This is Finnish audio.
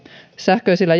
sähköisillä